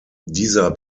dieser